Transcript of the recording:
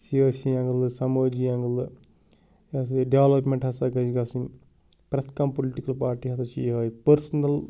سِیٲسی ایٚنٛگہٕ سمٲجی ایٚنٛگلہٕ یہِ ہَسا یہِ ڈیٚولَپمیٚنٛٹ ہَسا گَژھہِ گَژھٕنۍ پرٛیٚتھ کانٛہہ پُلٹِکٕل پارٹی ہَسا چھِ یِہٲے پٔرسٕنَل